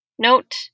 Note